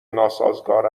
ناسازگار